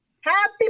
Happy